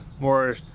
more